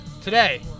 Today